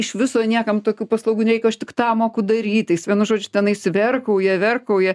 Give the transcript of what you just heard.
iš viso niekam tokių paslaugų nereikia o aš tik tą moku daryti jis vienu žodžiu tenais verkauja verkauja